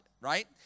right